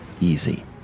easy